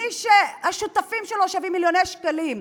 מי שהשותפים שלו שווים מיליוני שקלים,